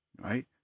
right